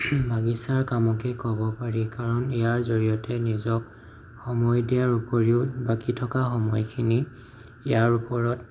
বাগিচাৰ কামকে ক'ব পাৰি কাৰণ ইয়াৰ জৰিয়তে নিজক সময় দিয়াৰ উপৰিও বাকী থকা সময়খিনি ইয়াৰ ওপৰত